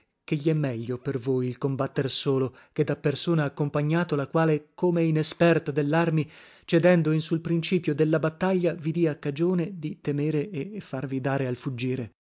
ché egl è meglio per voi il combatter solo che da persona accompagnato la quale come inesperta dellarmi cedendo in sul principio della battaglia vi dia cagione di temere e farvi dare al fuggire